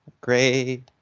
great